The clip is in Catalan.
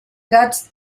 gats